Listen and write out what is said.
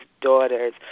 daughters